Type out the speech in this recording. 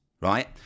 right